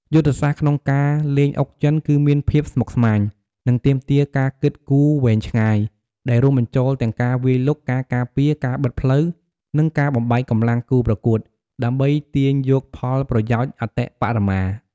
យុទ្ធសាស្ត្រក្នុងការលេងអុកចិនគឺមានភាពស្មុគស្មាញ និងទាមទារការគិតគូរវែងឆ្ងាយ ដែលរួមបញ្ចូលទាំងការវាយលុក ការការពារ ការបិទផ្លូវ និងការបំបែកកម្លាំងគូប្រកួត ដើម្បីទាញយកផលប្រយោជន៍អតិបរមា។